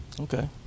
Okay